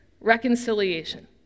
reconciliation